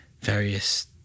various